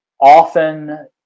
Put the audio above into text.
often